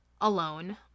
Alone